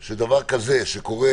בחוק שדבר כזה שקורה,